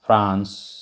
France